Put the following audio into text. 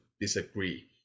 disagree